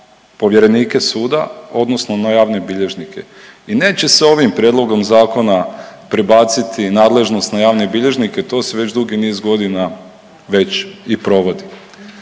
povjerenike suda odnosno na javne bilježnice i neće se ovim prijedlogom zakona prebaciti nadležnost na javne bilježnike, to se već dugi niz godina već i provodi